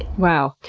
wow.